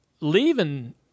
leaving